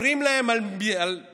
מספרים להם על מקדמים.